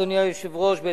אדוני היושב-ראש, תודה.